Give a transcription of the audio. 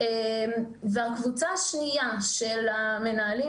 לא הבנתי.